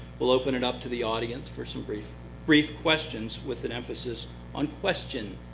we'll open it up to the audience for some brief brief questions, with an emphasis on question,